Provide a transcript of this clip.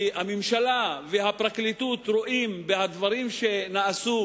הממשלה והפרקליטות רואות בדברים שנעשו